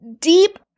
deep